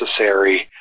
necessary